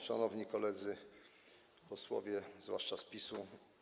Szanowni Koledzy Posłowie, zwłaszcza z PiS-u!